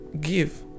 give